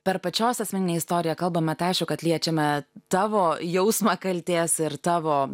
per pačios asmeninę istoriją kalbame tai aišku kad liečiame tavo jausmą kaltės ir tavo